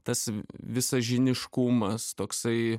tas visažiniškumas toksai